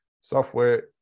software